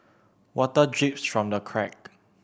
water drips from the crack